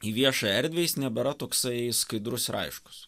į viešą erdvę jis nebėra toksai skaidrus ir aiškus